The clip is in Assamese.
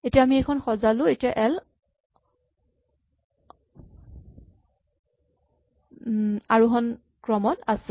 এতিয়া আমি এইখন সজালো এল এতিয়া আৰোহন ক্ৰমত আছে